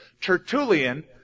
Tertullian